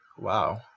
Wow